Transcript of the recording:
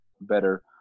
better